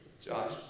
Josh